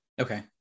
Okay